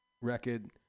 record